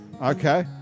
Okay